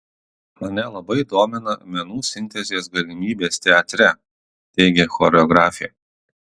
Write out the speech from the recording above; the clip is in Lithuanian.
mane labai domina menų sintezės galimybės teatre teigia choreografė